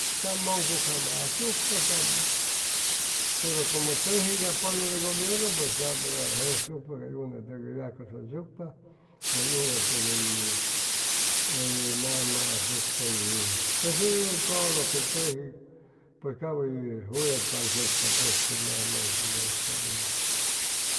Cap mʉŋcucjama asucpa cap pero como teji apoyo de gobiernu pues cap verda jejsucpa ca unetʉgay hʉy yacʉsʉysucpa cay unetʉg hʉy hʉy nama asucpa hʉy pues todo lo que teji pues cap hʉy juy'ʉctaŋsucpa pues primeramente dios cap hʉy